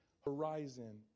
horizon